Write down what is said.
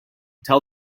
tell